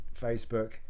facebook